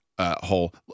hole